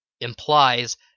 implies